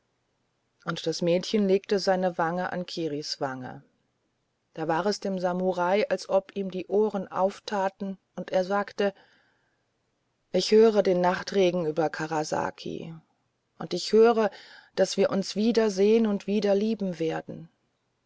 und das mädchen legte seine wange an kiris wange da war es dem samurai als ob ihm die ohren auftauten und er sagte ich höre den nachtregen über karasaki und ich höre daß wir uns wieder sehen und wieder lieben werden